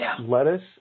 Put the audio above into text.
lettuce